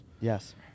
yes